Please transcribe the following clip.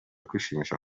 kwishimisha